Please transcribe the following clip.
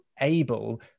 able